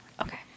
okay